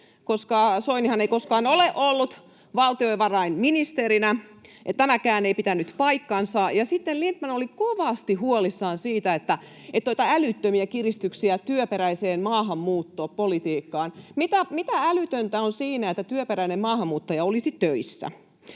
koska Soinihan ei koskaan ole ollut valtiovarainministerinä, eli tämäkään ei pitänyt paikkaansa. Ja sitten Lindtman oli kovasti huolissaan siitä, että on älyttömiä kiristyksiä työperäiseen maahanmuuttopolitiikkaan. Mitä älytöntä on siinä, että työperäinen maahanmuuttaja olisi töissä?